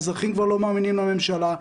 האזרחים כבר לא מאמינים לממשלה,